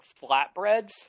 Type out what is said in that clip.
flatbreads